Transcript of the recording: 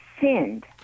sinned